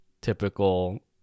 typical